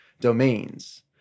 domains